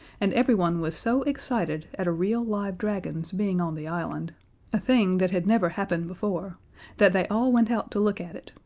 and everyone was so excited at a real live dragon's being on the island a thing that had never happened before that they all went out to look at it,